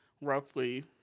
roughly